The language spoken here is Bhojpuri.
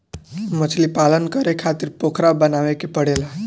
मछलीपालन करे खातिर पोखरा बनावे के पड़ेला